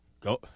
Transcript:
go